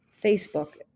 Facebook